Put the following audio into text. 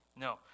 No